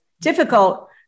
difficult